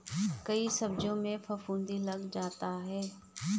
कई सब्जियों में फफूंदी लग जाता है